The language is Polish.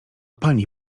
pani